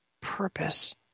purpose